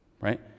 right